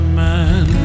man